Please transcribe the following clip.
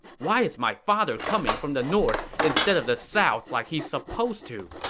why is my father coming from the north instead of the south like he's supposed to?